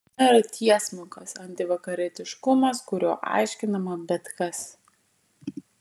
na ir tiesmukas antivakarietiškumas kuriuo aiškinama bet kas